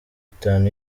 itanu